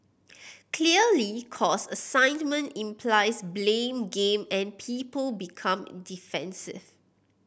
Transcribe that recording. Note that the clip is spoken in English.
clearly cause assignment implies blame game and people become defensive